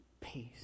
Peace